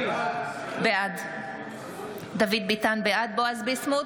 בעד בועז ביסמוט,